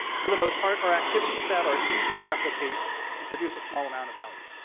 for the most part, are activities that are easy to replicate and produce a small amount of value.